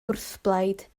wrthblaid